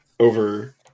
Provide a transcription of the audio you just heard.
Over